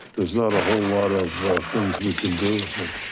there's not a whole lot of things we can do with it.